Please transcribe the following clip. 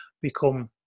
become